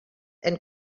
and